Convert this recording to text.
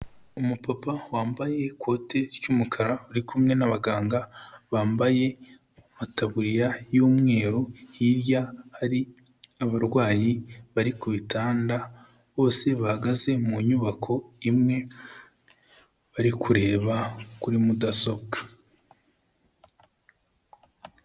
Umupapa wambaye ikote ry'umukara uri kumwe n'abaganga bambaye amataburiya y'umweru, hirya hari abarwayi bari ku bitanda bose bahagaze mu nyubako imwe bari kureba kuri mudasobwa.